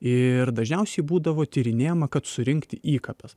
ir dažniausiai būdavo tyrinėjama kad surinkti įkapes